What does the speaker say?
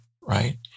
right